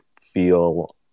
feel